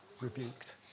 rebuked